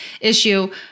issue